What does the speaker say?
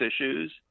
issues